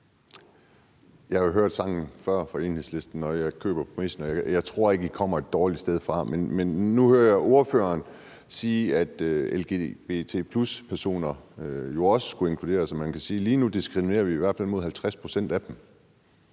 Jeg har jo hørt sangen fra Enhedslisten før, og jeg køber præmissen, og jeg tror ikke, at I kommer et dårligt sted fra, men nu hører jeg ordføreren sige, at lgbt+-personer jo også skulle inkluderes. Man kan sige, at lige nu diskriminerer vi jo i hvert fald op mod 50 pct. af dem,